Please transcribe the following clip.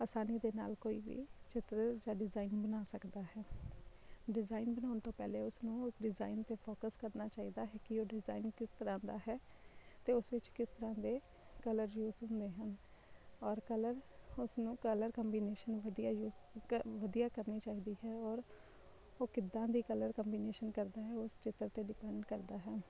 ਆਸਾਨੀ ਦੇ ਨਾਲ ਕੋਈ ਵੀ ਚਿੱਤਰ ਜਾਂ ਡਿਜ਼ਈਨ ਬਣਾ ਸਕਦਾ ਹੈ ਡਿਜ਼ਾਈਨ ਬਣਾਉਣ ਤੋਂ ਪਹਿਲੇ ਉਸਨੂੰ ਉਸ ਡਿਜ਼ਾਈਨ 'ਤੇ ਫੋਕਸ ਕਰਨਾ ਚਾਹੀਦਾ ਹੈ ਕਿ ਉਹ ਡਿਜ਼ਾਈਨ ਕਿਸ ਤਰ੍ਹਾਂ ਦਾ ਹੈ ਅਤੇ ਉਸ ਵਿੱਚ ਕਿਸ ਤਰ੍ਹਾਂ ਦੇ ਕਲਰ ਯੂਜ਼ ਹੁੰਦੇ ਹਨ ਔਰ ਕਲਰ ਉਸ ਨੂੰ ਕਲਰ ਕੰਬੀਨੇਸ਼ਨ ਵਧੀਆ ਯੂਜ਼ ਕ ਵਧੀਆ ਕਰਨੀ ਚਾਹੀਦੀ ਹੈ ਔਰ ਉਹ ਕਿੱਦਾਂ ਦੀ ਕਲਰ ਕੰਬੀਨੇਸ਼ਨ ਕਰਦਾ ਹੈ ਉਸ ਚਿੱਤਰ 'ਤੇ ਡਿਪੈਂਡ ਕਰਦਾ ਹੈ